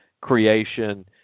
creation